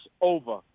over